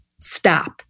stop